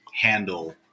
handle